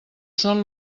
són